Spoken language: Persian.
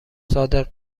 صادق